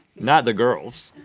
not the girls.